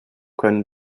können